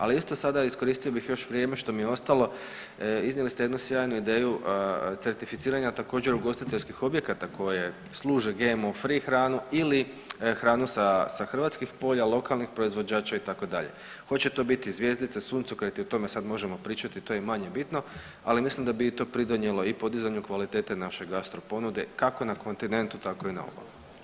Ali isto sada iskoristio bih još vrijeme što mi je ostalo, iznijeli ste jednu sjajnu ideju certificiranja također ugostiteljskih objekata koje služe GMO free hranu ili hranu sa, sa hrvatskih polja lokalnih proizvođača itd., hoće to biti zvjezdice, suncokreti o tome sad možemo pričati, to je manje bitno, ali mislim da bi i to pridonijelo i podizanju kvalitete naše gastro ponude kako na kontinentu tako i na obali.